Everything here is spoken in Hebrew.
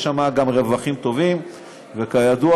ויש גם רווחים טובים,